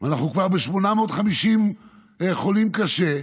אנחנו כבר עם 850 חולים קשה,